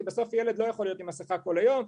כי בסוף ילד לא יכול להיות עם מסכה כל היום.